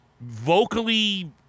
vocally